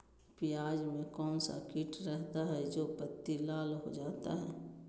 प्याज में कौन सा किट रहता है? जो पत्ती लाल हो जाता हैं